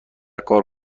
کار